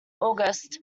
august